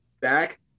back